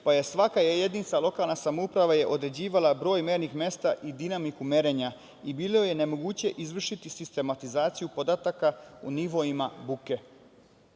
pa je svaka jedinica lokalne samouprave je određivala broj mernih mesta i dinamiku merenja i bilo je nemoguće izvršiti sistematizaciju podataka u nivoima buke. Dobro